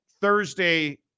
Thursday